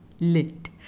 Lit